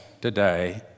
today